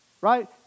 right